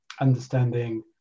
understanding